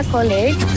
College